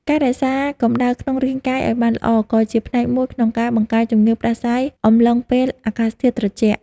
ការរក្សាកម្ដៅក្នុងរាងកាយឱ្យបានល្អក៏ជាផ្នែកមួយក្នុងការបង្ការជំងឺផ្តាសាយអំឡុងពេលអាកាសធាតុត្រជាក់។